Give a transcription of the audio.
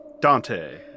Dante